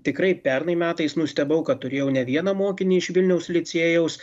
tikrai pernai metais nustebau kad turėjau ne vieną mokinį iš vilniaus licėjaus